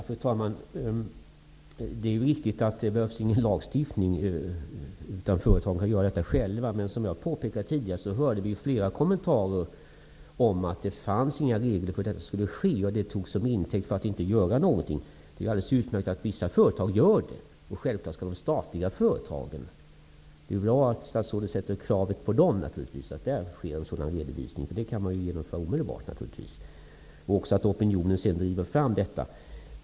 Fru talman! Det är ju riktigt att det inte behövs någon lagstiftning. Företagen kan ha en öppen redovisning ändå. Men som jag påpekade tidigare har vi ju hört flera kommentarer om att det inte har funnits några regler och att detta har tagits till intäkt för att inte göra någonting. Men det är ju alldeles utmärkt att vissa företag gör en sådan redovisning -- självklart då de statliga. Det är bra att statsrådet -- sedan opinionen nu har drivit fram detta -- ställer krav på att de statliga företagen skall göra en sådan redovisning. Det kan ju genomföras omedelbart.